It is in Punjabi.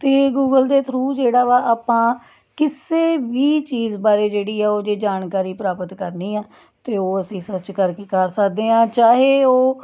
ਅਤੇ ਗੂਗਲ ਦੇ ਥਰੂ ਜਿਹੜਾ ਵਾ ਆਪਾਂ ਕਿਸੇ ਵੀ ਚੀਜ਼ ਬਾਰੇ ਜਿਹੜੀ ਹੈ ਉਹਦੀ ਜਾਣਕਾਰੀ ਪ੍ਰਾਪਤ ਕਰਨੀ ਹੈ ਤਾਂ ਉਹ ਅਸੀਂ ਉਹ ਸਰਚ ਕਰਕੇ ਕਰ ਸਕਦੇ ਹਾਂ ਚਾਹੇ ਉਹ